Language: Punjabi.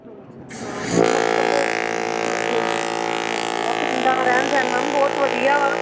ਹਾਂਜੀ ਹਾਂ ਮੈਮ ਇੱਥੋਂ ਦੇ ਹਾਂਜੀ ਹਾਂਜੀ ਹਾਂਜੀ ਆਹ ਪਿੰਡਾਂ ਦਾ ਰਹਿਣ ਸਹਿਣ ਮੈਮ ਬਹੁਤ ਵਧੀਆ ਵਾ